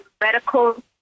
medical